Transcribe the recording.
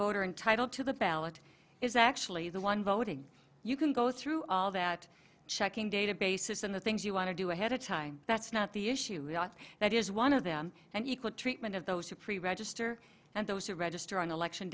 voter intitled to the ballot is actually the one voting you can go through all that checking databases and the things you want to do ahead of time that's not the issue that is one of them and equal treatment of those who pre register and those who register on election